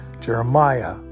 Jeremiah